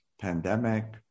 pandemic